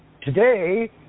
today